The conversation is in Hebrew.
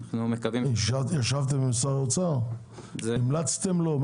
ישבתם עם שר האוצר, המלצתם לו?